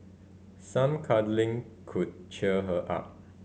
some cuddling could cheer her up